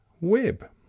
web